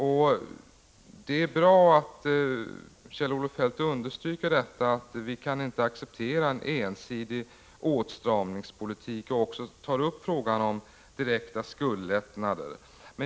Det är bra att Kjell-Olof Feldt understryker att vi inte kan acceptera en ensidig åtstramningspolitik. Han tar också upp frågan om direkta skuldlättnader.